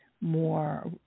more